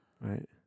Right